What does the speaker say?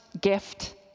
gift